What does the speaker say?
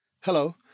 Hello